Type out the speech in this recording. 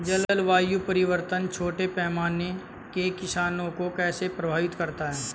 जलवायु परिवर्तन छोटे पैमाने के किसानों को कैसे प्रभावित करता है?